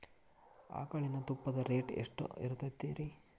ಆಕಳಿನ ತುಪ್ಪದ ರೇಟ್ ಎಷ್ಟು ಇರತೇತಿ ರಿ?